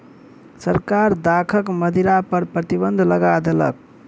सरकार दाखक मदिरा पर प्रतिबन्ध लगा देलक